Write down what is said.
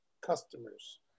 customers